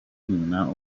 nyina